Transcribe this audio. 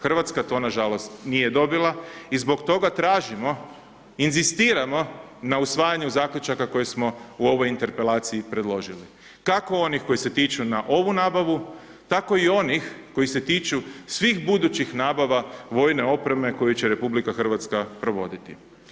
Hrvatska to na žalost nije dobila i zbog toga tražimo, inzistiramo na usvajanju zaključaka koje smo u ovoj interpelaciji predložili kako onih koji se tiču na ovu nabavu, tako i onih koji se tiču svih budućih nabava vojne opreme koji će Republika Hrvatska provoditi.